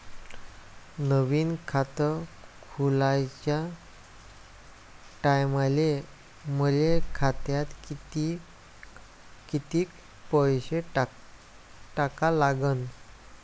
नवीन खात खोलाच्या टायमाले मले खात्यात कितीक पैसे टाका लागन?